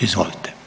Izvolite.